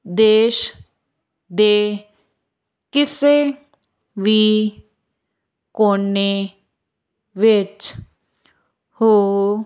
ਦੇਸ਼ ਦੇ ਕਿਸੇ ਵੀ ਕੋਨੇ ਵਿੱਚ ਹੋ